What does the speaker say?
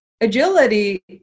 agility